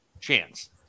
chance